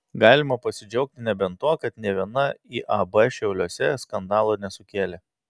galima pasidžiaugti nebent tuo kad nė viena iab šiauliuose skandalo nesukėlė